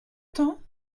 temps